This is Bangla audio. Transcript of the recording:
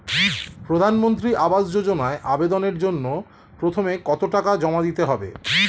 প্রধানমন্ত্রী আবাস যোজনায় আবেদনের জন্য প্রথমে কত টাকা জমা দিতে হবে?